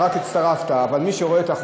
תודה רבה, גברתי היושבת בראש.